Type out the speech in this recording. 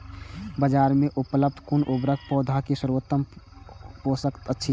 बाजार में उपलब्ध कुन उर्वरक पौधा के सर्वोत्तम पोषक अछि?